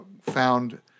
found